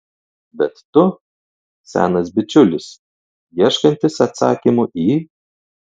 bet tu senas bičiulis ieškantis atsakymų į